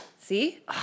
see